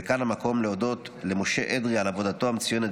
וכאן המקום להודות למשה אדרי על עבודתו המצוינת